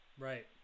Right